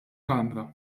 kamra